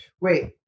Wait